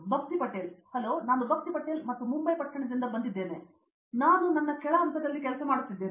ಭಕ್ತಿ ಪಟೇಲ್ ಹಲೋ ನಾನು ಭಕ್ತಿ ಪಟೇಲ್ ಮತ್ತು ನಾನು ಮುಂಬೈ ಪಟ್ಟಣದಿಂದ ಬಂದಿದ್ದೇನೆ ಆದ್ದರಿಂದ ನಾನು ನನ್ನ ಕೆಳ ಹಂತದಲ್ಲಿ ಮಾಡುತ್ತಿದ್ದೇನೆ